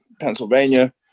Pennsylvania